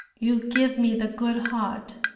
you give me the good heart,